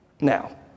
Now